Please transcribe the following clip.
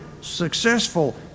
successful